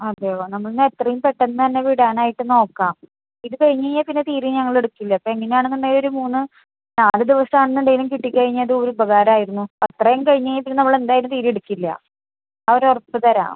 അതെയോ നമ്മളെന്നാൽ എത്രയും പെട്ടന്നന്നെ വിടാനായിട്ട് നോക്കാം ഇത് കഴിഞ്ഞ് കഴിഞ്ഞാൽ പിന്നെ തീരെം ഞങ്ങളെടുക്കില്ല അപ്പം എങ്ങനെയാണെന്നുണ്ടെങ്കിലും ഒരു മൂന്ന് നാല് ദിവസാണെന്നുണ്ടേലും കിട്ടി കഴിഞ്ഞാൽ ഒരു ഉപകാരമായിരുന്നു അത്രേം കഴിഞ്ഞ് കഴിഞ്ഞാൽ നമ്മളെന്തായാലും തീരെ എടുക്കില്ല ആ ഒരൊറപ്പ് തരാം